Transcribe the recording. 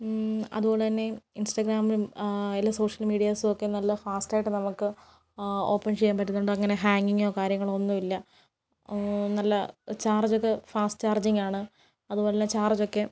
അതുപോലെ തന്നെ ഇൻസ്റ്റഗ്രാമിലും എല്ലാ സോഷ്യൽ മീഡിയാസുമൊക്കെ നല്ല ഫാസ്റ്റായിട്ട് നമുക്ക് ഓപ്പൺ ചെയ്യാൻ പറ്റുന്നുണ്ട് അങ്ങനെ ഹാങ്ങിങ്ങോ കാര്യങ്ങളോ ഒന്നും ഇല്ല നല്ല ചാർജൊക്കെ ഫാസ്റ്റ് ചാർജിങ്ങാണ് അതുപോലെ തന്നെ ചാർജൊക്കെ